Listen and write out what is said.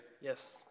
Yes